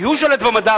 כי הוא שולט במדע,